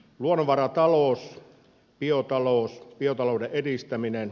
luonnonvaratalous biotalous biotalouden edistäminen